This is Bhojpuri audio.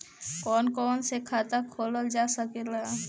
कौन कौन से खाता खोला जा सके ला?